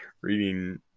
reading